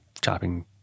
chopping